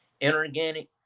Inorganic